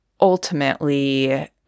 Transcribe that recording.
ultimately